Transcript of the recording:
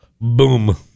Boom